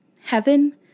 Heaven